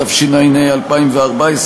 התשע"ה 2014,